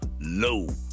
low